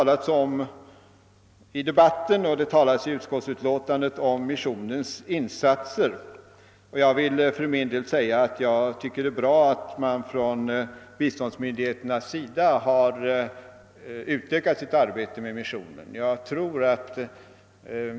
Det har i debatten och i utskottsutlåtandet talats om missionens insatser. Jag tycker det är bra att biståndsmyndigheterna har utökat sitt samarbete med missionen.